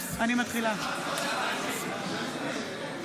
אנחנו מתחילים בהקראת השמות.